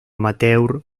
amateur